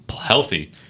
healthy